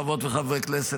חברות וחברי הכנסת,